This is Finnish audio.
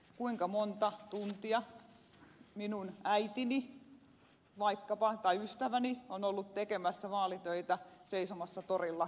kuinka monta tuntia minun äitini vaikkapa tai ystäväni on ollut tekemässä vaalitöitä seisomassa torilla kanssani